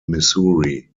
missouri